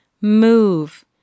Move